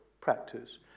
practice